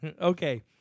Okay